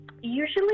Usually